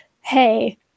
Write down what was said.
hey